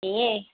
ईअं